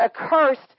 accursed